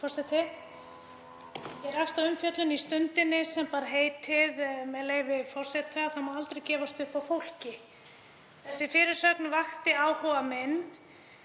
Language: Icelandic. forseti. Ég rakst á umfjöllun í Stundinni sem bar heitið, með leyfi forseta, „Það má aldrei gefast upp á fólki.“ Þessi fyrirsögn vakti áhuga minn